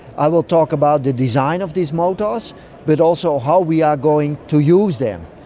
i will talk about the design of these motors but also how we are going to use them.